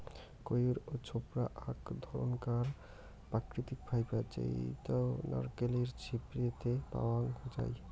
কইর বা ছোবড়া আক ধরণকার প্রাকৃতিক ফাইবার জেইতো নারকেলের ছিবড়ে তে পাওয়াঙ যাই